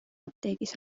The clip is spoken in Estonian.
apteegis